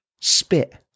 spit